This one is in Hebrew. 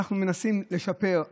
אנחנו מנסים לשפר.